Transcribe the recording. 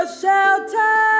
shelter